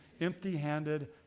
empty-handed